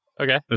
Okay